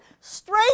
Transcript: straight